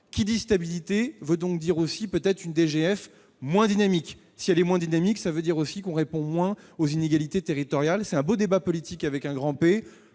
Qui dit stabilité veut donc dire aussi, peut-être, une DGF moins dynamique ; et si celle-ci est moins dynamique, cela veut dire aussi qu'on répond moins aux inégalités territoriales. C'est un beau débat Politique, avec un grand «